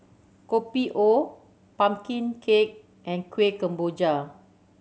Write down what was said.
Kopi O pumpkin cake and Kueh Kemboja